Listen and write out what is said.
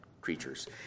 creatures